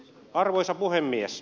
arvoisa puhemies